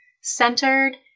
centered